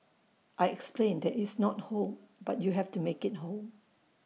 I explained that it's not home but you have to make IT home